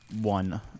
one